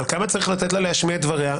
עד כמה צריך לתת לה להשמיע את דבריה.